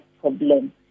problem